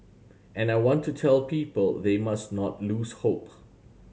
and I want to tell people they must not lose hope